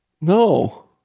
no